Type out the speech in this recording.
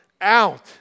out